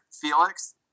Felix